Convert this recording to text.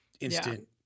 instant